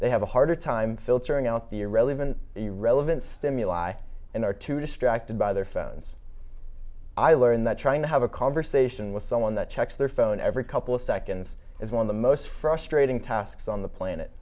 they have a harder time filtering out the irrelevant irrelevant stimuli and are too distracted by their phones i learned that trying to have a conversation with someone that checks their phone every couple of seconds is one of the most frustrating tasks on the planet